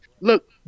Look